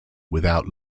without